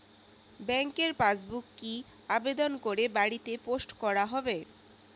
ব্যাংকের পাসবুক কি আবেদন করে বাড়িতে পোস্ট করা হবে?